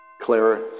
Clara